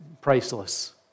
priceless